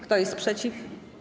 Kto jest przeciw?